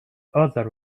other